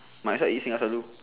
might as well eat singgah selalu